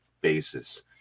basis